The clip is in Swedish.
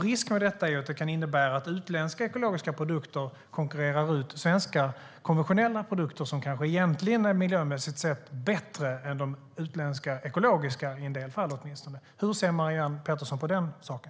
Risken med detta är att det kan innebära att utländska ekologiska produkter konkurrerar ut svenska konventionella produkter som kanske egentligen är miljömässigt sett bättre än de utländska ekologiska i en del fall. Hur ser Marianne Pettersson på den saken?